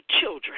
children